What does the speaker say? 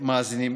מאזינים.